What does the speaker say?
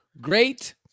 Great